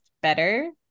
better